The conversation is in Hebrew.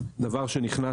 דבר שנכנס,